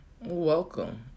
welcome